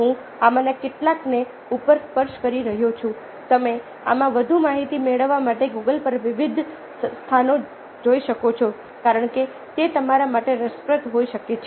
હું આમાંના કેટલાકને ઉપર સ્પર્શ કરી રહ્યો છું તમે આમાં વધુ માહિતી મેળવવા માટે ગુગલ પર વિવિધ સ્થાનો જોઈ શકો છો કારણ કે તે તમારા માટે રસપ્રદ હોઈ શકે છે